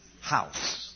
house